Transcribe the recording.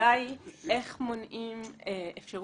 איך אפשר